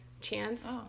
chance